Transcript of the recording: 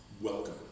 Welcome